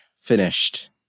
finished